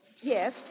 Yes